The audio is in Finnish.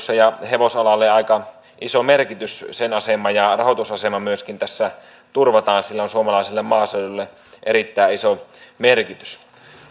ja hevosalalle aika iso merkitys asema ja rahoitusasema myöskin tässä turvataan sillä on suomalaiselle maaseudulle erittäin iso merkitys